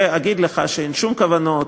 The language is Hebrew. ואגיד לך שאין שום כוונות,